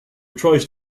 tries